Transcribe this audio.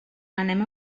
anem